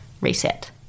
reset